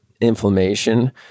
inflammation